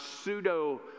pseudo